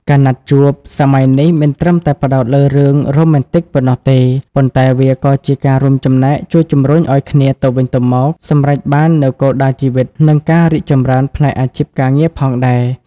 ការណាត់ជួបសម័យនេះមិនត្រឹមតែផ្ដោតលើរឿងរ៉ូម៉ែនទិកប៉ុណ្ណោះទេ ប៉ុន្តែវាក៏ជាការរួមចំណែកជួយជំរុញឱ្យគ្នាទៅវិញទៅមកសម្រេចបាននូវគោលដៅជីវិត និងការរីកចម្រើនផ្នែកអាជីពការងារផងដែរ។